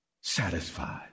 Satisfied